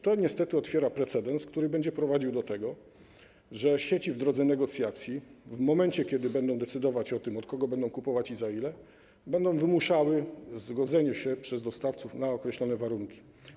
To niestety otwiera precedens, który będzie prowadził do tego, że sieci w drodze negocjacji, w momencie kiedy będą decydować o tym, od kogo będą kupować i za ile, będą wymuszały zgodzenie się przez dostawców na określone warunki.